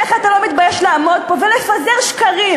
איך אתה לא מתבייש לעמוד פה ולפזר שקרים